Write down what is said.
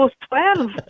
twelve